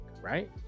Right